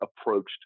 approached